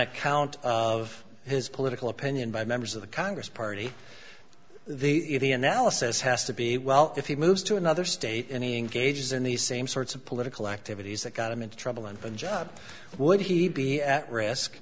account of his political opinion by members of the congress party the the analysis has to be well if he moves to another state and he engages in the same sorts of political activities that got him into trouble in punjab would he be at risk